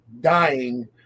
dying